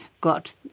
got